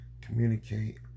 communicate